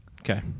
Okay